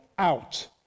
out